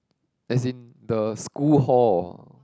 as in the school hall